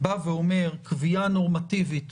בא ואומר קביעה נורמטיבית